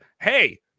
Hey